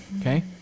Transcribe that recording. Okay